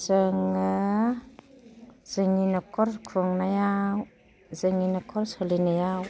जोङो जोंनि नखर खुंनायाव जोंनि नखर सोलिनायाव